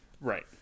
Right